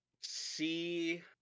see